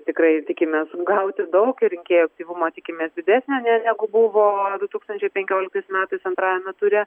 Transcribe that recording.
tikrai tikimės gauti daug rinkėjų aktyvumo tikimės didesnio ne negu buvo du tūkstančiai penkioliktais metais antrajame ture